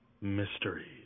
Mysteries